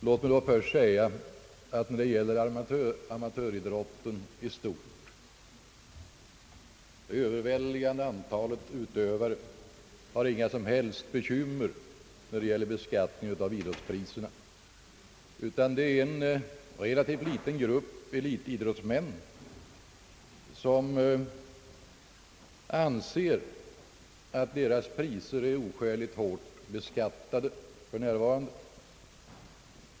Låt mig då först säga när det gäller amatöridrotten i stort, att det överväldigande antalet utövare inte har några som helst bekymmer när det gäller beskattningen av idrottspriser. Det är en relativt liten grupp elitidrottsmän, som anser att deras priser är oskäligt hårt beskattade för närvarande.